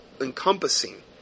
encompassing